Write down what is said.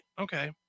Okay